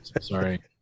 Sorry